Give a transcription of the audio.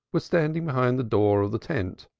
was standing behind the door of the tent,